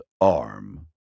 Arm